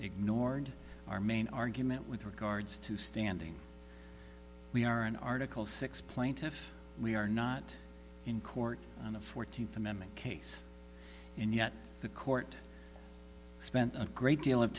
ignored our main argument with regards to standing we are in article six plaintiffs we are not in court on the fourteenth amendment case and yet the court spent a great deal of